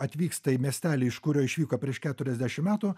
atvyksta į miestelį iš kurio išvyko prieš keturiasdešim metų